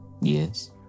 Yes